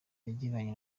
yagiranye